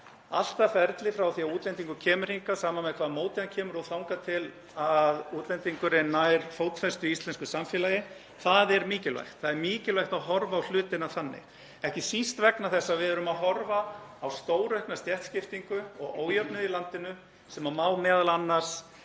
allt það ferli frá því að útlendingur kemur hingað, sama með hvaða móti hann kemur, og þangað til að útlendingurinn nær fótfestu í íslensku samfélagi. Það er mikilvægt að horfa á hlutina þannig, ekki síst vegna þess að við erum að horfa á stóraukna stéttskiptingu og ójöfnuð í landinu sem má m.a.